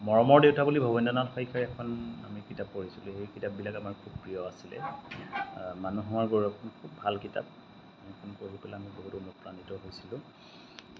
মৰমৰ দেউতা বুলি ভৱেন্দ্ৰনাথ শইকীয়াৰ এখন আমি কিতাপ পঢ়িছিলোঁ সেই কিতাপবিলাক আমাৰ খুব প্ৰিয় আছিলে মানুহৰ গৌৰৱ খুব ভাল কিতাপ সেইখন পঢ়ি পেলাই আমি বহুত অনুপ্ৰাণিত হৈছিলোঁ